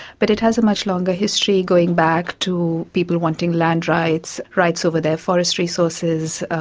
but it has a much longer history going back to people wanting land rights, rights over their forest resources,